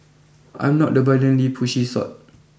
I'm not the violently pushy sort